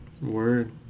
Word